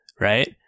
right